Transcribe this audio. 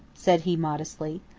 said he modestly.